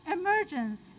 emergence